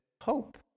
hope